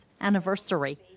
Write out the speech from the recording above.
anniversary